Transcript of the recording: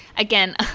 again